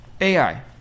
ai